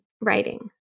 writing